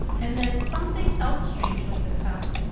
and there's something else strange with this house.